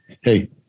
Hey